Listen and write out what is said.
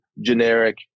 generic